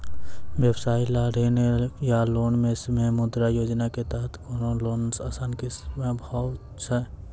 व्यवसाय ला ऋण या लोन मे मुद्रा योजना के तहत कोनो लोन आसान किस्त मे हाव हाय?